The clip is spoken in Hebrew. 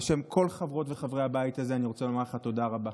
בשם כל חברות וחברי הבית הזה אני רוצה לומר לך תודה רבה.